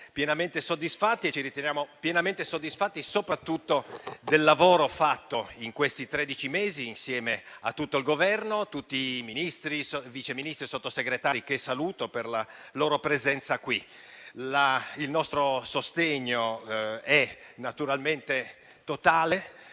pienamente soddisfatto. Ci riteniamo pienamente soddisfatti soprattutto del lavoro fatto in questi tredici mesi, insieme a tutto il Governo, a tutti i Ministri, Vice Ministri e Sottosegretari qui presenti, che saluto. Il nostro sostegno è naturalmente totale